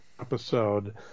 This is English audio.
episode